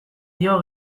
dio